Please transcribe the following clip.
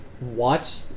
watch